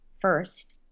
First